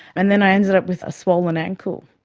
and then i ended up with a swollen ankle.